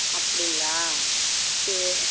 அப்படிங்களா சரி